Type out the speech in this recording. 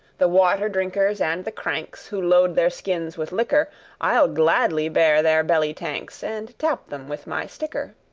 the water-drinkers and the cranks who load their skins with liquor i'll gladly bear their belly-tanks and tap them with my sticker.